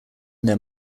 their